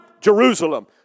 Jerusalem